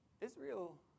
Israel